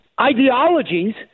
ideologies